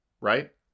right